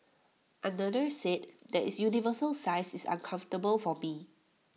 another said that its universal size is uncomfortable for me